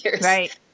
Right